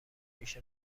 پیش